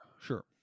sure